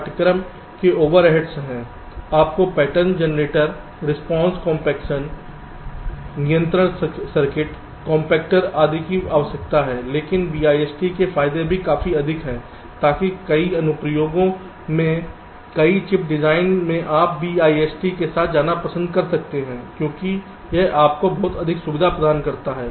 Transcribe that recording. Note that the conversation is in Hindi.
पाठ्यक्रम के ओवरहेड्स हैं आपको पैटर्न जनरेटर रिस्पांस कॉम्पेक्शन नियंत्रण सर्किट कॉम्पोटेटर आदि की आवश्यकता है लेकिन BIST के फायदे भी काफी अधिक हैं ताकि कई अनुप्रयोगों में कई चिप डिजाइन में आप BIST के साथ में जाना पसंद कर सकते हैं क्योंकि यह आपको बहुत अधिक सुविधा प्रदान करता है